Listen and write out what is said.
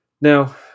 Now